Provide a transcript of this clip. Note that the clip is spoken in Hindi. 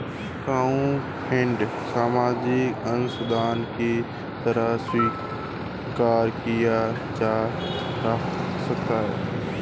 क्राउडफंडिंग सामाजिक अंशदान की तरह स्वीकार किया जा सकता है